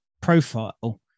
profile